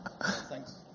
Thanks